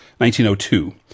1902